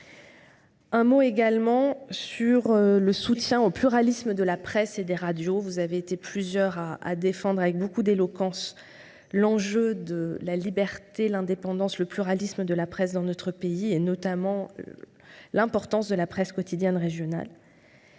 un mot sur le soutien au pluralisme de la presse et des radios. Vous avez été plusieurs à défendre avec beaucoup d’éloquence la liberté, l’indépendance et le pluralisme de la presse dans notre pays, notamment l’importance de la presse quotidienne régionale.